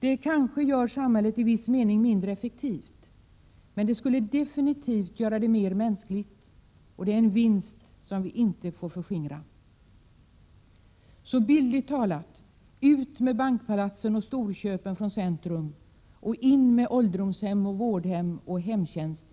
Detta gör kanske samhället i viss mening mindre effektivt. Men samhället skulle definitivt bli mer mänskligt, och detta är en vinst som vi inte får förskingra. Så, bildligt talat, ut med bankpalatsen och storköpen från Prot. 1987/88:126 centrum och in med ålderdomshem, vårdhem och hemtjänst!